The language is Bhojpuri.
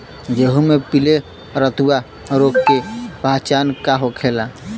गेहूँ में पिले रतुआ रोग के पहचान का होखेला?